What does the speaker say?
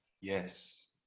Yes